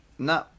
No